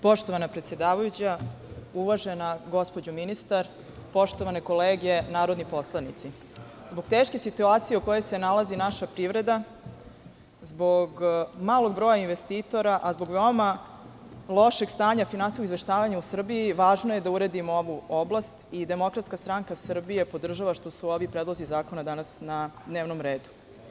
Poštovana predsedavajuća, uvažena gospođo ministar, poštovane kolege narodni poslanici, zbog teške situacije u kojoj se nalazi naša privreda, zbog malog broja investitora, a zbog veoma lošeg stanja finansijskog izveštavanja u Srbiji važno je da uredimo ovu oblast i DSS podržava što su ovi predlozi zakona danas na dnevnom redu.